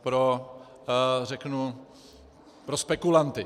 Pro, řeknu, pro spekulanty.